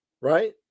right